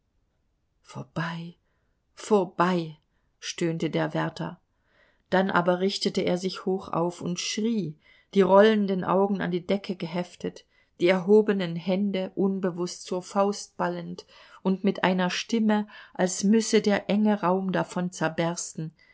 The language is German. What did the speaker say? vorbei vorbei stöhnte der wärter dann aber richtete er sich hoch auf und schrie die rollenden augen an die decke geheftet die erhobenen hände unbewußt zur faust ballend und mit einer stimme als müsse der enge raum davon